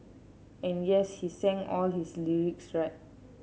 and yes he sang all his lyrics right